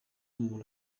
umuntu